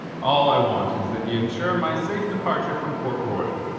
all i want is that ye ensure my safe departure from port royal.